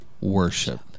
worship